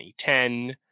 2010